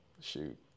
shoot